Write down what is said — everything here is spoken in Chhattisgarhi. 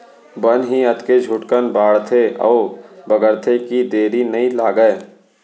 बन ही अतके झटकुन बाढ़थे अउ बगरथे कि देरी नइ लागय